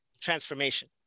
transformation